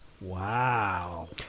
Wow